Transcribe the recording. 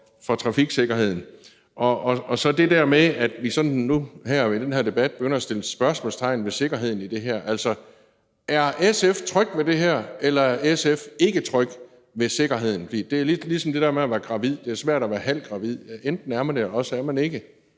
for trafiksikkerheden. Så er der det med, at vi nu sådan i den her debat begynder at sætte spørgsmålstegn ved sikkerheden i det her. Altså, er SF tryg ved det her, eller er SF ikke tryg ved sikkerheden? For det er lidt ligesom det der med at være gravid; det er svært at være halvt gravid. Enten er man det, eller også er man det